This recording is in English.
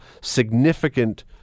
significant